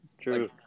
true